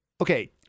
okay